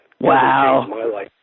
Wow